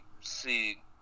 see